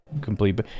complete